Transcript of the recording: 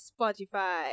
Spotify